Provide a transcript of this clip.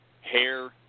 hair